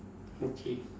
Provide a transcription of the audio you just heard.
okay